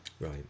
Right